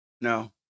No